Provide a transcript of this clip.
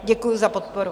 Děkuji za podporu.